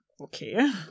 okay